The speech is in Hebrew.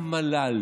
המל"ל.